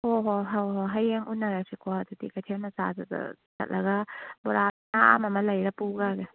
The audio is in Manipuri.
ꯍꯣꯏ ꯍꯣꯏ ꯍꯣꯏ ꯍꯣꯏ ꯍꯌꯦꯡ ꯎꯅꯔꯁꯤꯀꯣ ꯑꯗꯨꯗꯤ ꯀꯩꯊꯦꯟ ꯃꯆꯥꯗꯨꯗ ꯆꯠꯂꯒ ꯕꯣꯔꯥ ꯃꯌꯥꯝ ꯑꯃ ꯂꯩꯔ ꯄꯨꯈ꯭ꯔꯒꯦ